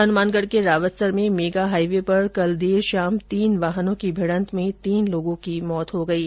हनुमानगढ़ के रावतसर में mega highway पर कल देर शाम तीन वाहनों की भिड़ंत में तीन लोगों की मौत हो गयी